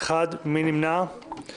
1 נמנעים